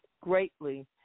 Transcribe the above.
greatly